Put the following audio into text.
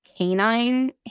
canine